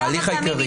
נכון.